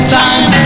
time